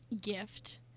gift